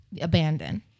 abandon